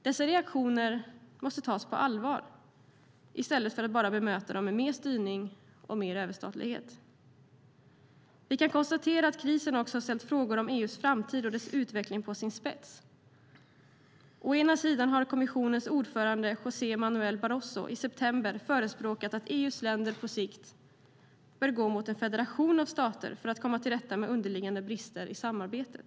Dessa reaktioner måste tas på allvar i stället för att bemötas med mer styrning och överstatlighet. Vi kan konstatera att krisen har ställt frågor om EU:s framtid och dess utveckling på sin spets. Å ena sidan förespråkade kommissionens ordförande José Manuel Barroso i september att EU:s länder på sikt bör gå mot en federation av stater för att komma till rätta med underliggande brister i samarbetet.